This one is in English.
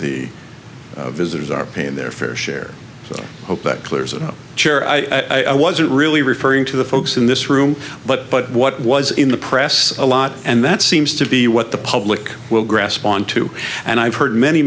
the visitors are paying their fair share hope that clears up chair i wasn't really referring to the folks in this room but but what was in the press a lot and that seems to be what the public will grasp onto and i've heard many